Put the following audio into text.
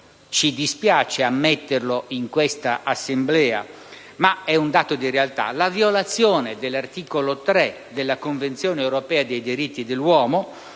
ci spiace ammetterlo in quest'Aula, ma è un dato di realtà - la violazione dell'articolo 3 della Convenzione europea dei diritti dell'uomo